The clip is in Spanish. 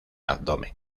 abdomen